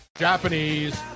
Japanese